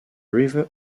river